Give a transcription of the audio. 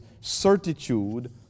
certitude